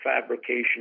fabrication